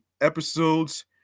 episodes